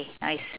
okay nice